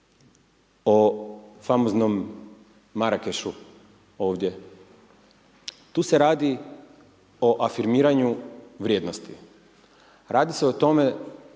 o famoznom Marakešu ovdje, tu se radi o afirmiranju vrijednosti. Radi se o tome,